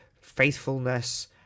faithfulness